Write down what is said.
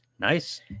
Nice